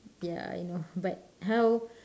ya I know but how